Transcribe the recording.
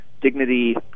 Dignity